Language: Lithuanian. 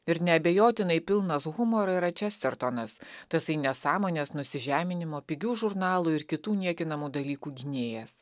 ir neabejotinai pilnas humoro yra čestertonas tasai nesąmonės nusižeminimo pigių žurnalų ir kitų niekinamų dalykų gynėjas